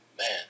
Man